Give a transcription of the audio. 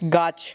গাছ